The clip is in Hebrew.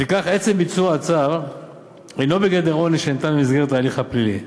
לפיכך עצם ביצוע הצו אינו בגדר עונש הניתן במסגרת ההליך הפלילי.